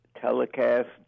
telecast